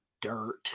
dirt